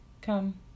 Come